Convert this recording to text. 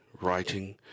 writing